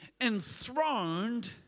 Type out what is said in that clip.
enthroned